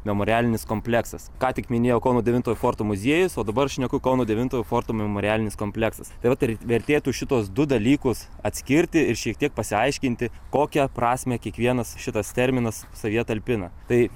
memorialinis kompleksas ką tik minėjau kauno devintojo forto muziejus o dabar šneku kauno devintojo forto memorialinis kompleksas tai vat vertėtų šituos du dalykus atskirti ir šiek tiek pasiaiškinti kokią prasmę kiekvienas šitas terminas savyje talpina tai